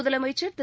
முதலமைச்சர் திரு